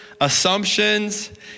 assumptions